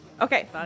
okay